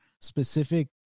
specific